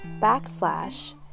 backslash